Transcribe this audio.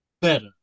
Better